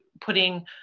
putting